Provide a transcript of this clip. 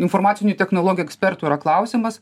informacinių technologijų ekspertų yra klausiamas